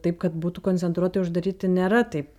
taip kad būtų koncentruotai uždaryti nėra taip